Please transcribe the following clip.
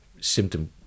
symptom